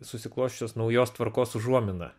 susiklosčiusios naujos tvarkos užuomina